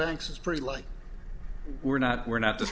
banks is pretty like we're not we're not